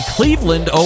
Cleveland